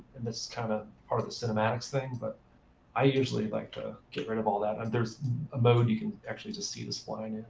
and this is kind of of part of the cinematics thing. but i usually like to get rid of all that. and there's a mode you can actually just see the spline in.